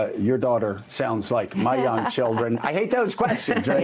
your daughter sounds like my young children. i hate those questions.